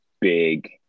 big